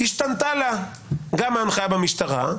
השתנתה לה גם ההנחיה במשטרה,